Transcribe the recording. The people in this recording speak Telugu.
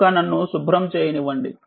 కనుక నన్ను శుభ్రం చేయనివ్వండి